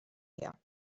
her